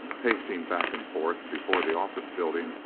pacing back and forth before the office building,